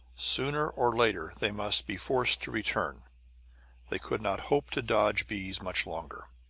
sooner or later they must be forced to return they could not hope to dodge bees much longer.